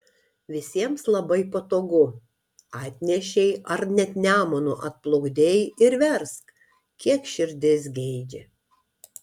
visiems labai patogu atnešei ar net nemunu atplukdei ir versk kiek širdis geidžia